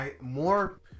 More